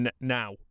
now